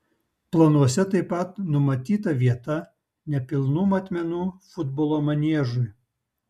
planuose taip pat numatyta vieta nepilnų matmenų futbolo maniežui